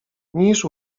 niż